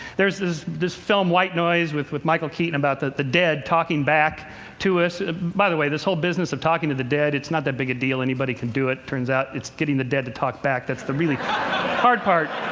there's this this film, white noise, with with michael keaton, about the the dead talking back to us. by the way, the whole business of talking to the dead is not that big a deal. anybody can do it, turns out. it's getting the dead to talk back that's the really hard part.